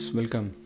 Welcome